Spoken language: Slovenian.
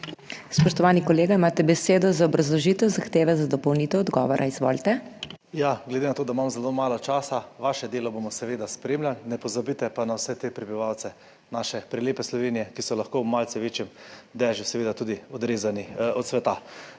Spoštovani kolega, imate besedo za obrazložitev zahteve za dopolnitev odgovora. Izvolite. **ALEKSANDER REBERŠEK (PS NSi):** Glede na to, da imam zelo malo časa – vaše delo bomo seveda spremljali, ne pozabite pa na vse te prebivalce naše prelepe Slovenije, ki so lahko v malce večjem dežju seveda tudi odrezani od sveta.